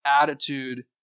attitude